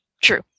True